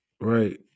right